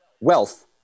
Wealth